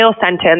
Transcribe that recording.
sentence